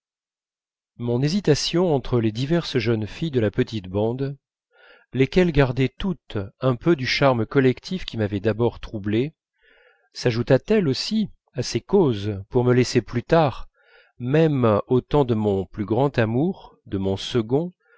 mon hésitation entre les diverses jeunes filles de la petite bande lesquelles gardaient toutes un peu du charme collectif qui m'avait d'abord troublé sajouta t elle aussi à ces causes pour me laisser plus tard même au temps de mon plus grand de mon second